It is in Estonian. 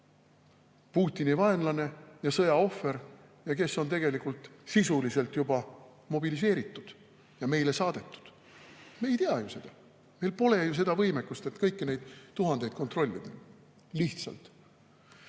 Putini vaenlane ja sõja ohver ning kes on sisuliselt juba mobiliseeritud ja meile saadetud. Me ei tea seda, meil pole ju võimekust, et kõiki neid tuhandeid kontrollida lihtsalt.